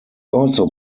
also